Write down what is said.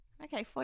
Okay